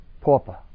pauper